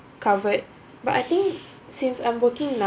covered but I think since I'm working now